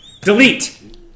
delete